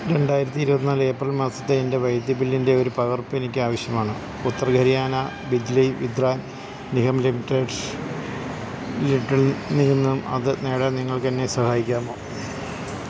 രണ്ടായിരത്തി ഇരുപത്തിനാല് ഏപ്രിൽ മാസത്തെ എന്റെ വൈദ്യുതി ബില്ലിന്റെ ഒരു പകർപ്പ് എനിക്കാവശ്യമാണ് ഉത്തർ ഹരിയാന ബിജ്ലി വിത്രാൻ നിഗം ലിമിറ്റഡില് നിന്നും അത് നേടാൻ നിങ്ങൾക്കെന്നെ സഹായിക്കാമോ